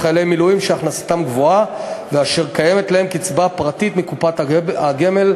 בחיילי מילואים שהכנסתם גבוהה ואשר קיימת להם קצבה פרטית מקופת הגמל,